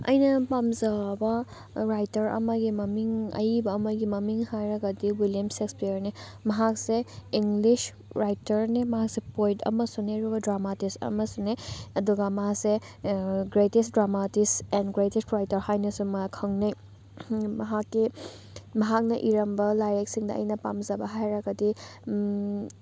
ꯑꯩꯅ ꯄꯥꯃꯖꯕ ꯔꯥꯏꯇꯔ ꯑꯃꯒꯤ ꯃꯃꯤꯡ ꯑꯌꯤꯕ ꯑꯃꯒꯤ ꯃꯃꯤꯡ ꯍꯥꯏꯔꯒꯗꯤ ꯋꯤꯂꯤꯌꯝ ꯁꯦꯛꯁꯄꯤꯌꯥꯔꯅꯤ ꯃꯍꯥꯛꯁꯦ ꯏꯪꯂꯤꯁ ꯔꯥꯏꯇꯔꯅꯤ ꯃꯍꯥꯛꯁꯦ ꯄꯣꯏꯠ ꯑꯃꯁꯨꯅꯦ ꯑꯗꯨꯒ ꯗ꯭ꯔꯃꯥꯇꯤꯁ ꯑꯃꯁꯨꯅꯦ ꯑꯗꯨꯒ ꯃꯥꯁꯦ greatest dramatist and greatest writer ꯍꯥꯏꯅꯁꯨ ꯃꯥ ꯈꯪꯅꯩ ꯃꯍꯥꯛꯀꯤ ꯃꯍꯥꯛꯅ ꯏꯔꯝꯕ ꯂꯥꯏꯔꯤꯛꯁꯤꯡꯗ ꯑꯩꯅ ꯄꯥꯝꯖꯕ ꯍꯥꯏꯔꯒꯗꯤ